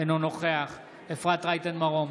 אינו נוכח אפרת רייטן מרום,